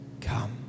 come